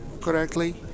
correctly